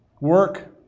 Work